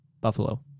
Buffalo